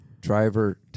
driver